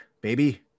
baby